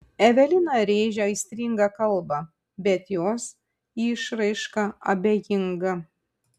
evelina rėžia aistringą kalbą bet jos išraiška abejinga